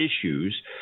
issues